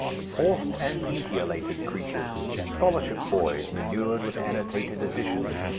forced and etiolated creatures, scholarship boys manured with annotated editions,